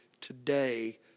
today